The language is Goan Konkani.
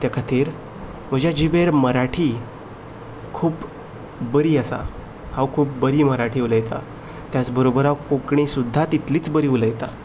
ते खातीर म्हज्या जिबेर मराठी खूब बरी आसा हांव खूब बरी मराठी उलयतां त्याच बरोबर हांव खूब बरी कोंकणी सुद्दां तितलीच बरी उलयतां